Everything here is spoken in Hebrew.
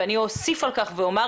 ואני אוסיף על כך ואומר,